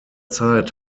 zeit